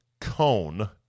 cone